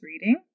reading